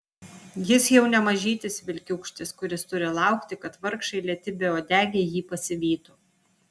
jis jau ne mažytis vilkiūkštis kuris turi laukti kad vargšai lėti beuodegiai ji pasivytų